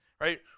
right